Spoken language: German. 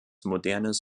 modernes